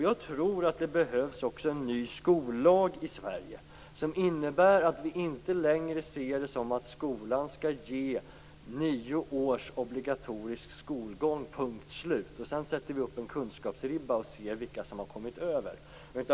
Jag tror att det behövs också en ny skollag i Sverige, som innebär att vi inte längre ser det som att skolan skall ge nio års obligatorisk skolgång - punkt slut. Sedan sätter vi upp en kunskapsribba och ser vilka som har kommit över.